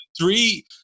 three